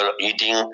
eating